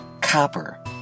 Copper